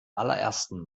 allerersten